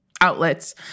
outlets